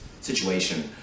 situation